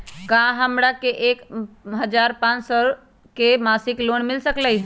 का हमरा के एक हजार पाँच सौ के मासिक लोन मिल सकलई ह?